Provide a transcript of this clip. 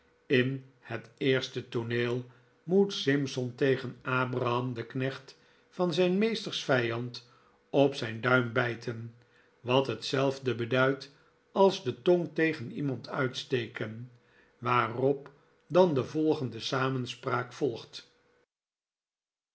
in het eerste tooneel moet simson tegen abraham den knecht van zijn meesters vijand op zijn duim bijten wat hetzelfde beduidt als de tong tegen iemand uitsteken waarop dan de volgende samenspraak volgt